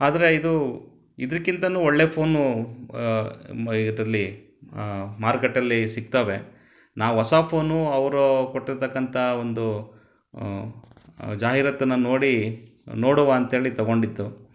ಆದರೆ ಇದು ಇದುಕ್ಕಿಂತನೂ ಒಳ್ಳೆಯ ಫೋನು ಮ ಇದರಲ್ಲಿ ಮಾರುಕಟ್ಟೆಯಲ್ಲಿ ಸಿಗ್ತವೆ ನಾವು ಹೊಸ ಫೋನು ಅವರು ಕೊಟ್ಟಿರತಕ್ಕಂಥ ಒಂದು ಜಾಹೀರಾತನ್ನು ನೋಡಿ ನೋಡುವ ಅಂತೇಳಿ ತೊಗೊಂಡಿದ್ದು